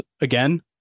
again